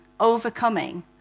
overcoming